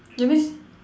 you miss